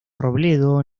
robledo